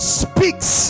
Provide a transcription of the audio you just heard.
speaks